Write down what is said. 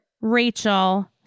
Rachel